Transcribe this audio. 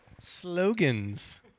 Slogans